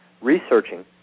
researching